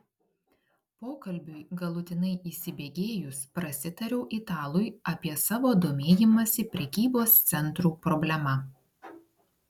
pokalbiui galutinai įsibėgėjus prasitariau italui apie savo domėjimąsi prekybos centrų problema